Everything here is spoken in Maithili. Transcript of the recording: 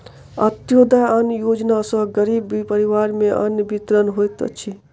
अन्त्योदय अन्न योजना सॅ गरीब परिवार में अन्न वितरण होइत अछि